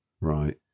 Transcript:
Right